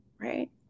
right